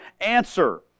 answer